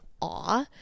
awe